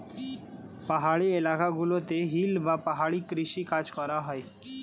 পাহাড়ি এলাকা গুলোতে হিল বা পাহাড়ি কৃষি কাজ করা হয়